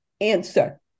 Answer